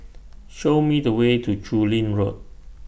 Show Me The Way to Chu Lin Road